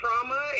trauma